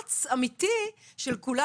מאמץ אמיתי של כולם.